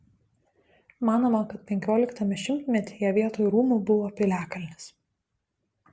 manoma kad penkioliktame šimtmetyje vietoj rūmų buvo piliakalnis